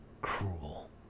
cruel